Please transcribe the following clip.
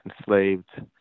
enslaved